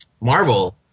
Marvel